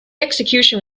execution